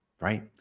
right